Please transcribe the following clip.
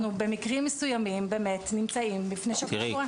במקרים מסוימים אנחנו באמת נמצאים בפני שוקת שבורה.